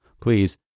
please